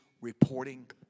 reporting